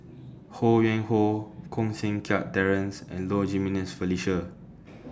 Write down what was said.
Ho Yuen Hoe Koh Seng Kiat Terence and Low Jimenez Felicia